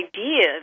idea